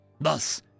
Thus